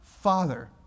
Father